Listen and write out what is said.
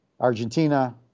Argentina